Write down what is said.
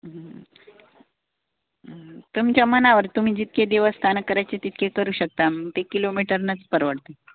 हं हं तुमच्या मनावर तुम्ही जितके देवस्थानं करायचे तितके करू शकता मग ते किलोमीटरनंच परवडते